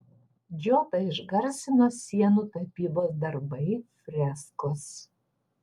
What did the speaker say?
džotą išgarsino sienų tapybos darbai freskos